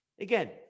Again